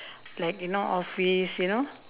like you know office you know